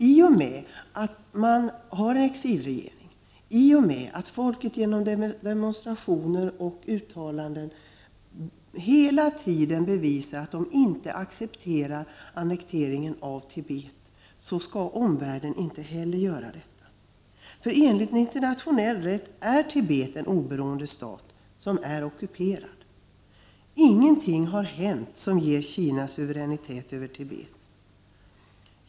I och med att man har en exilregering och folket genom demonstrationer och uttalanden hela tiden bevisar att de inte accepterar annekteringen av Tibet skall omvärlden inte heller göra detta. Enligt internationell rätt är Tibet en oberoende stat, som är ockuperad. Ingenting har hänt som ger Kina suveränitet över Tibet.